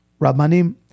rabbanim